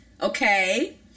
okay